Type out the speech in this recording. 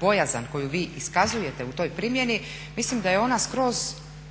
bojazan koju vi iskazujete u toj primjeni mislim da je ona skroz